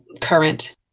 current